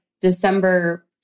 December